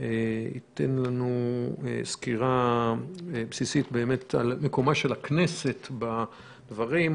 ייתן לנו סקירה בסיסית על מקום הכנסת בדברים.